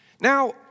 Now